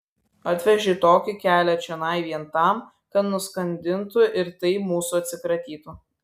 atvežė tokį kelią čionai vien tam kad nuskandintų ir taip mūsų atsikratytų